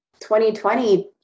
2020